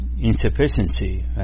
insufficiency